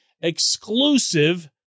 exclusive